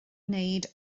wneud